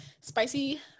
spicy